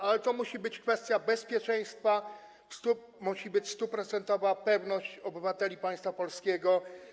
Ale to musi być kwestia bezpieczeństwa, musi być 100-procentowa pewność obywateli państwa polskiego.